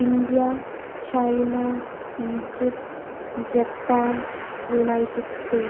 India China Egypt Japan United States